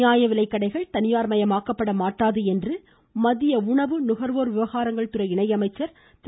நியாயவிலைக்கடைகள் தனியார் மயமாக்கப்பட மாட்டாது என்று மத்திய உணவு நுகர்வோர் விவகாரங்கள் துறை இணையமைச்சர் திரு